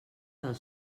del